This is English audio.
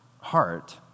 heart